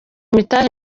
imitahe